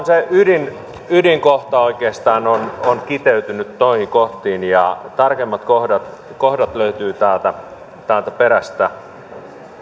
se ydinkohta oikeastaan on on kiteytynyt noihin kohtiin ja tarkemmat kohdat kohdat löytyvät täältä täältä perästä